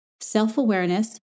self-awareness